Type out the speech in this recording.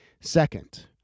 Second